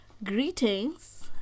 greetings